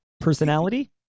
personality